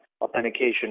authentication